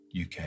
UK